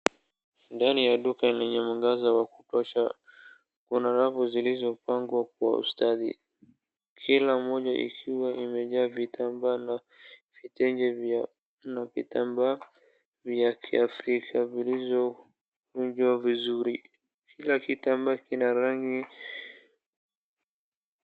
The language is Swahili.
Ndani ya duka lenye mwangaza wa kutosha, kuna rafu zilizopangwa kwa ustadi, kila moja ikiwa imejaa vitambaa na vitenge vya mno, vitambaa vya kiafrika zilizokunjwa vizuri, kila kitambaa kina rangi